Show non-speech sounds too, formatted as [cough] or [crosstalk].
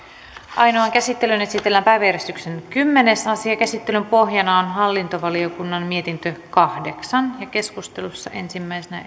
ainoaan käsittelyyn esitellään päiväjärjestyksen kymmenes asia käsittelyn pohjana on hallintovaliokunnan mietintö kahdeksan keskustelussa ensimmäisenä [unintelligible]